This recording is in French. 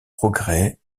progrès